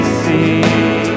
see